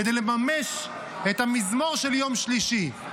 כדי לממש את המזמור של יום שלישי: